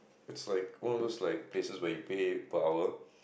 it's like one of those like places when you pay per hour